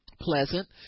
pleasant